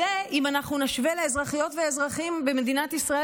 אם אנחנו נשווה לאזרחיות ואזרחים במדינת ישראל